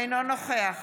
אינו נוכח